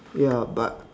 ya but